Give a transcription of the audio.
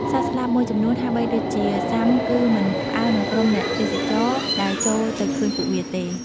សត្វស្លាបមួយចំនួន ហាក់បីដូចជាស៊ាំគឺមិនផ្អើលនឹងក្រុមអ្នកទេសចរ ដែលចូលទៅឃើញពួកវាទេ។